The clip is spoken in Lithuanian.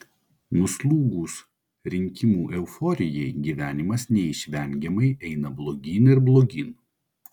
nuslūgus rinkimų euforijai gyvenimas neišvengiamai eina blogyn ir blogyn